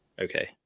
Okay